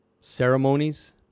ceremonies